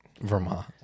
vermont